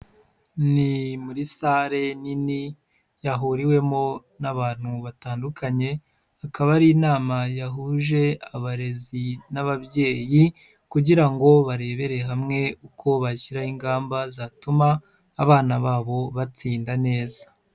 Ni muri sale nini yahuriwemo n'abantu batandukanye, akaba ari inama yahuje abarezi n'ababyeyi kugira ngo barebere hamwe uko bashyiraho ingamba zatuma abana babo batsinda neza.